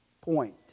point